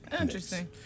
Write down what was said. Interesting